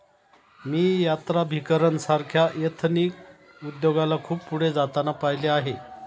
मी यात्राभिकरण सारख्या एथनिक उद्योगाला खूप पुढे जाताना पाहिले आहे